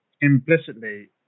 implicitly